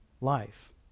life